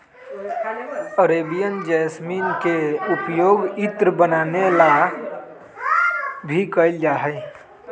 Arabian jasmine के पउपयोग इत्र बनावे ला भी कइल जाहई